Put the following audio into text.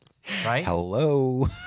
Hello